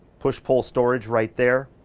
push pole storage right there.